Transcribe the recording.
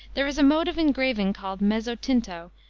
there is a mode of engraving called mezzotinto,